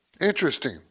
interesting